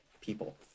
people